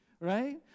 right